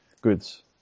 goods